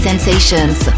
Sensations